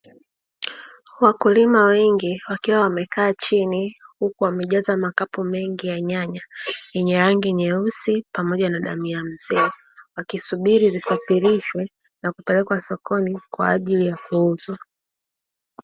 Wakulima wengi wakiwa wamekaa chini huku wamejaza makapo mengi ya nyanya yenye rangi nyeusi pamoja na damu ya mzee, wakisubiri nisafirishwe na kupelekwa sokoni kwa ajili ya kuuzwa.